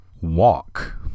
Walk